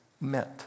meant